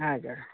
हजुर